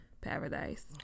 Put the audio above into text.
paradise